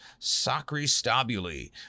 Sacristabuli